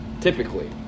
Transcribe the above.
typically